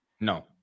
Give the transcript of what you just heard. No